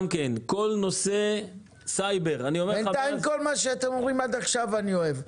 כל נושא הסייבר --- בינתיים כל מה שאתם אומרים עד עכשיו אני אוהב.